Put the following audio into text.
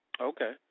Okay